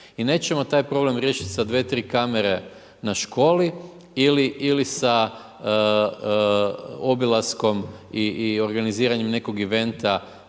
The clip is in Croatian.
I nećemo taj problem riješiti sa 2-3 kamere ne školi ili sa obilaskom i organiziranjem nekog iventa